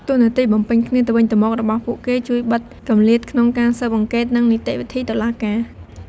តួនាទីបំពេញគ្នាទៅវិញទៅមករបស់ពួកគេជួយបិទគម្លាតក្នុងការស៊ើបអង្កេត និងនីតិវិធីតុលាការ។